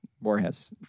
Borges